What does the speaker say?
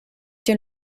den